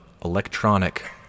electronic